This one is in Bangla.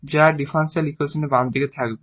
যা এই ডিফারেনশিয়াল ইকুয়েশনের বাম দিকে থাকবে